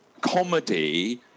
comedy